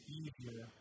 easier